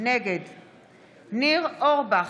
נגד ניר אורבך,